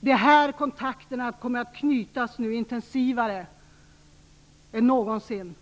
Det är här kontakterna nu kommer att knytas intensivare än någonsin.